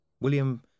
William